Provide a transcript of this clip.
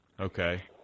Okay